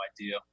idea